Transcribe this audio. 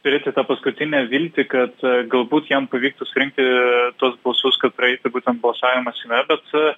turėti tą paskutinę viltį kad galbūt jam pavyktų surinkti tuos balsus kad praeitų būtent balsavimą seime bet